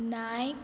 Naik